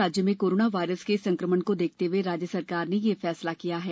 राज्य में corona virus के संक्रमण को देखते हुए राज्य सरकार ने ये फैसला लिया है